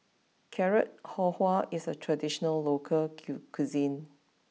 Carrot Halwa is a traditional local cuisine